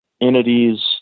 entities